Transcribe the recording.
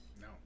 No